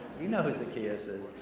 you know who zacchaeus is.